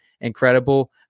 incredible